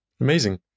Amazing